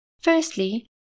Firstly